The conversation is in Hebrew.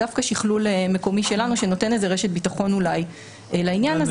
זה דווקא שכלול מקומי שלנו שאולי נותן איזו רשת ביטחון לעניין הזה